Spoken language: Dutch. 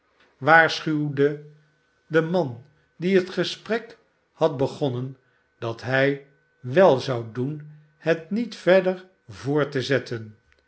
wordt opgewacht man die het gesprek had begonnen dat hij wel zou doen het niet verder voort te zetten